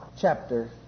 chapter